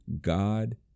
God